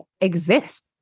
exist